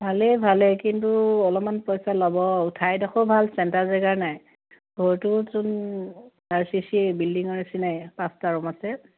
ভালেই ভালে কিন্তু অলপমান পইচা ল'ব ঠাইডোখৰো ভাল চেণ্টাৰ জেগা নে ঘৰটোওচোন আৰ চি চি বিল্ডিঙৰ নিচিনাই পাঁচটা ৰুম আছে